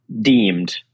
deemed